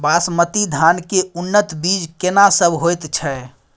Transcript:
बासमती धान के उन्नत बीज केना सब होयत छै?